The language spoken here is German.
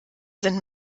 sind